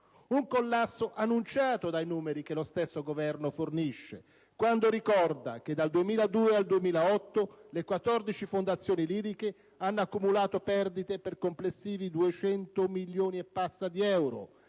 Un collasso annunciato dai numeri che lo stesso Governo fornisce, quando ricorda che dal 2002 al 2008 le 14 fondazioni liriche hanno accumulato perdite per complessivi 200 milioni e passa di euro,